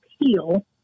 appeal